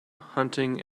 hunting